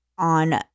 on